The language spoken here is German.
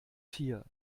vier